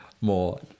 more